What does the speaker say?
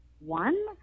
one